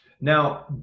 Now